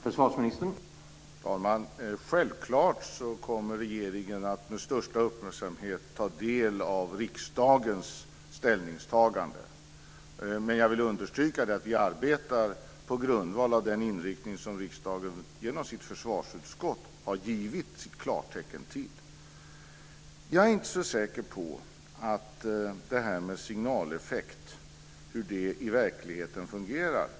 Herr talman! Självfallet kommer regeringen att med största uppmärksamhet ta del av riksdagens ställningstagande. Men jag vill understryka att vi arbetar på grundval av den inriktning som riksdagen genom sitt försvarsutskott har givit klartecken till. Jag är inte så säker på hur det här med signaleffekt i verkligheten fungerar.